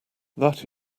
that